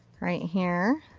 right here.